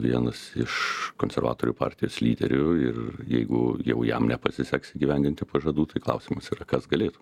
vienas iš konservatorių partijos lyderių ir jeigu jau jam nepasiseks įgyvendinti pažadų tai klausimas yra kas galėtų